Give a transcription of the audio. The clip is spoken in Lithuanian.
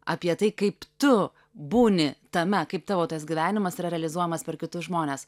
apie tai kaip tu būni tame kaip tavo tas gyvenimas yra realizuojamas per kitus žmones